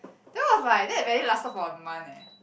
that was like that barely lasted for a month eh